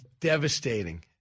devastating